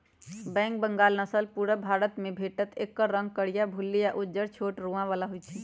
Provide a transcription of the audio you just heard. black Bengal नसल पुरुब भारतमे भेटत एकर रंग करीया, भुल्ली आ उज्जर छोट रोआ बला होइ छइ